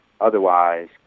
Otherwise